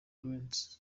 dwight